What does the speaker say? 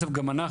בסוף גם אנחנו,